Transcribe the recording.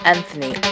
Anthony